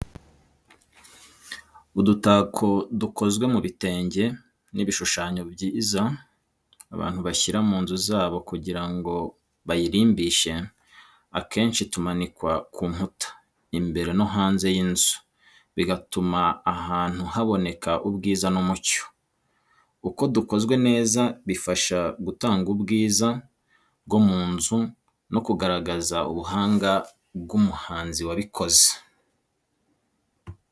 Udu­tako dukozwe mu bitenge ni ibishushanyo byiza abantu bashyira mu nzu zabo kugira ngo bayirimbishe. Akenshi tumanikwa ku nkuta imbere no hanze y’inzu, bigatuma ahantu haboneka ubwiza n’umucyo. Uko dukozwe neza, bifasha gutanga ubwiza bwo mu nzu no kugaragaza ubuhanga bw’umuhanzi wabikoze.